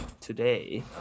today